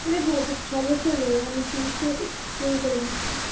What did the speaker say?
হ্যাঁ সমস্যা নেই আমি চিকিৎসা শুরু করে দিচ্ছি